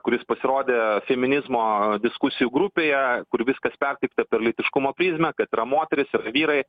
kuris pasirodė feminizmo diskusijų grupėje kur viskas perteikta per lytiškumo prizmę kad yra moteris yra vyrai